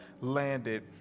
landed